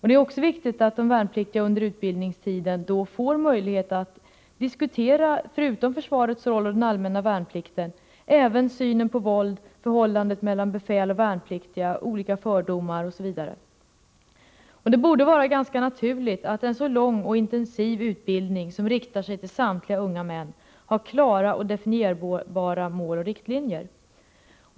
Det är också viktigt at: de värnpliktiga under utbildningstiden får möjlighet att diskutera — förutom försvarets roll och den allmänna värnplikten — synen på våld, förhållandet mellan befäl och värnpliktiga, olika fördomar, osv. Det borde vara ganska naturligt att en så lång och intensiv utbildning som riktar sig till samtliga unga män har klara och definierbara mål och riktlinjer.